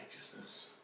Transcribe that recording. righteousness